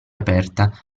aperta